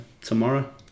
tomorrow